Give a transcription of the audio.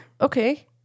Okay